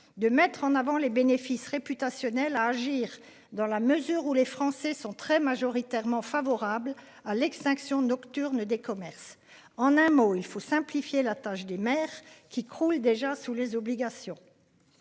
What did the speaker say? de mettre en avant les bénéfices réputationnel à agir dans la mesure où les Français sont très majoritairement favorables à l'extinction nocturne des commerces en un mot il faut simplifier la tâche des maires qui croule déjà sous les obligations.